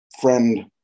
friend